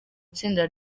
itsinda